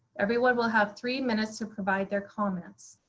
everyone will have three minutes to provide their comments.